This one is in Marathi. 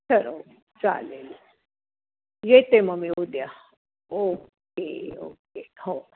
ठरवू चालेल येते मग मी उद्या ओके ओके हो